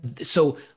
so-